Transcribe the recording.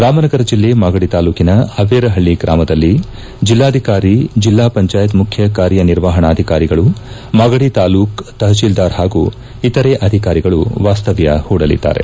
ರಾಮನಗರ ಜಿಲ್ಲೆ ಮಾಗಡಿ ತಾಲ್ಲೂಕಿನ ಅವ್ವೇರಹಳ್ಳ ಗ್ರಾಮದಲ್ಲಿ ಜಲ್ಲಾಧಿಕಾರಿ ಜೆಲ್ಲಾ ಪಂಚಾಯತ್ ಮುಖ್ಯ ಕಾರ್ಯನಿರ್ವಾಪಣಾಧಿಕಾರಿಗಳು ಮಾಗಡಿ ತಾಲ್ಲೂಕು ತಪತೀಲ್ಲಾರ್ ಹಾಗೂ ಇತರೆ ಅಧಿಕಾರಿಗಳು ವಾಸ್ತವ್ಯ ಹೂಡಲಿದ್ದಾರೆ